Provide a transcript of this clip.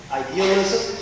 idealism